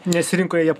nes rinkoj jie